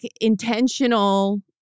intentional